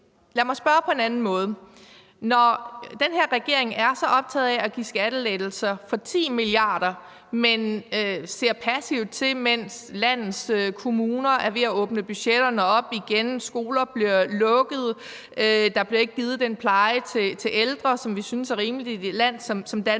lad mig spørge på en anden måde: Når den her regering er så optaget af at give skattelettelser for 10 mia. kr., men ser passivt til, mens landets kommuner er ved at åbne budgetterne op igen, skoler bliver lukket, der ikke bliver givet den pleje til ældre, som vi synes er rimelig i et land som Danmark,